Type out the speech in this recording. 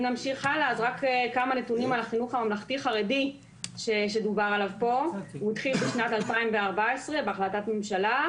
החינוך הממלכתי-חרדי התחיל ב-2014 בהחלטת ממשלה,